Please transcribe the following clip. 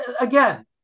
again